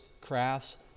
crafts